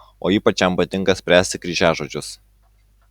o ypač jam patinka spręsti kryžiažodžius